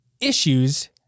issues